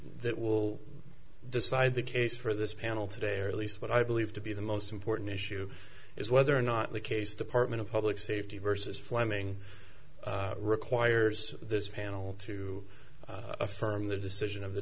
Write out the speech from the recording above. that will decide the case for this panel today or at least what i believe to be the most important issue is whether or not the case department of public safety versus flemming requires this panel to affirm the decision of the